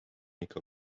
ikka